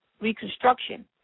Reconstruction